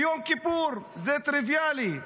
ביום כיפור זה טריוויאלי.